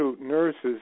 nurses